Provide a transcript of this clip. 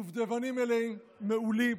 דובדבנים מעולים,